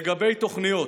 לגבי תוכניות,